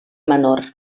menor